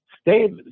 stay